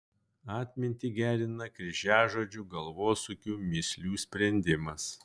atmintį gerina kryžiažodžių galvosūkių mįslių sprendimas